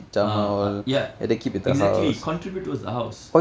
uh uh ya exactly contribute towards the house